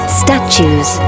statues